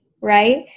right